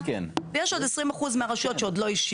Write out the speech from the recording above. ויש עוד 20% מהרשויות שעוד לא השיבו.